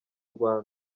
rwanda